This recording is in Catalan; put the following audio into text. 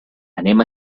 anem